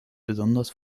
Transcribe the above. besonders